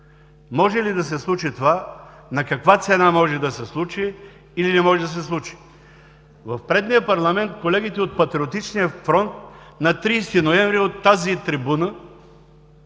Може ли да се случи това, на каква цена може да се случи или не може да се случи? В предния парламент колегите от „Патриотичния фронт“ на 30 ноември 2016 г. от тази трибуна